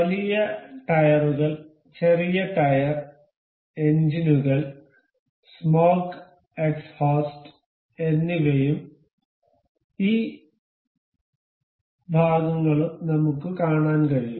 വലിയ ടയറുകൾ ചെറിയ ടയർ എഞ്ചിനുകൾ സ്മോക്ക് എക്സ്ഹോസ്റ്റ് എന്നിവയും ഈ ഭാഗങ്ങളും നമുക്ക് കാണാൻ കഴിയും